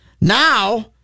Now